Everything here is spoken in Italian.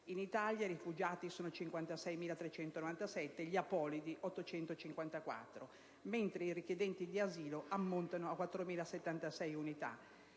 In Italia i rifugiati sono 56.397, gli apolidi 854, mentre i richiedenti asilo ammontano a 4.076 unità;